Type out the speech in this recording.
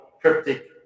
cryptic